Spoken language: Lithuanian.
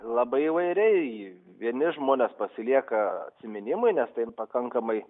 labai įvairiai vieni žmonės pasilieka atsiminimui nes tai pakankamai